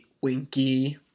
Winky